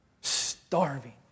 starving